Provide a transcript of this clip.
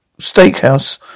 Steakhouse